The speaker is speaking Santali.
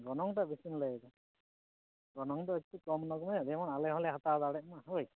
ᱜᱚᱱᱚᱝ ᱴᱟᱜ ᱵᱤᱥᱤᱢ ᱞᱟᱹᱭᱮᱫᱟ ᱜᱚᱱᱚᱝ ᱫᱚ ᱮᱠᱴᱩ ᱠᱚᱢ ᱧᱚᱜ ᱢᱮ ᱡᱮᱢᱚᱱ ᱟᱞᱮ ᱦᱚᱸᱞᱮ ᱦᱟᱛᱟᱣ ᱫᱟᱲᱮᱜ ᱢᱟ ᱦᱳᱭ